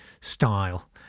style